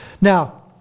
Now